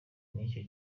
n’icyo